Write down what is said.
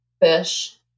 fish